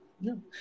No